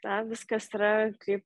na viskas yra kaip